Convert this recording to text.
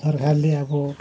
सरकारले अब